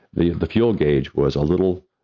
the the fuel gauge was a little